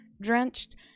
drenched